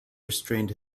restrained